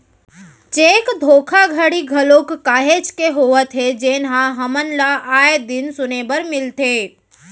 cheque धोखाघड़ी घलोक काहेच के होवत हे जेनहा हमन ल आय दिन सुने बर मिलथे